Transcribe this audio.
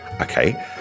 Okay